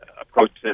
approaches